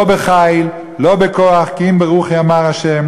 לא בחיל, לא בכוח, כי אם ברוחי אמר ה'.